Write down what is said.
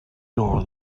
door